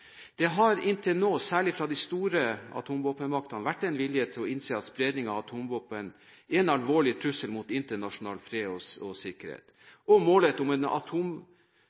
Det har inntil nå – særlig fra de store atomvåpenmaktene – vært en vilje til å innse at spredningen av atomvåpen er en alvorlig trussel mot internasjonal fred og sikkerhet. Målet om en